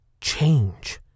change